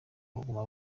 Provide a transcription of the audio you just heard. buguma